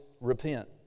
repent